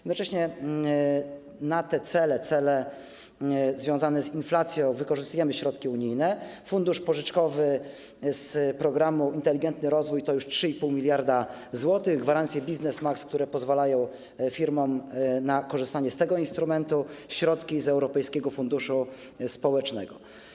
Jednocześnie na cele związane z inflacją wykorzystujemy środki unijne: fundusz pożyczkowy z programu „Inteligentny rozwój” to już 3,5 mld zł, gwarancje Biznesmax, które pozwalają firmom na korzystanie z tego instrumentu, środki z Europejskiego Funduszu Społecznego.